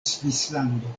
svislando